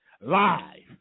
live